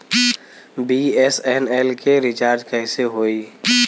BSNL के recharge कैसे होयी?